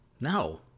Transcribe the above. no